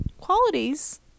qualities